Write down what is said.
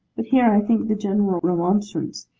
but here, i think the general remonstrance,